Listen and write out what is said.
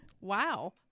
wow